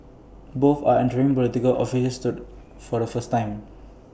both are entering Political office for the first time